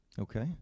Okay